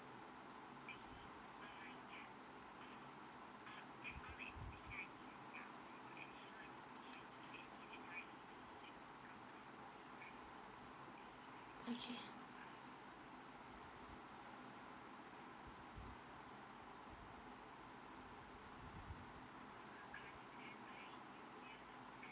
okay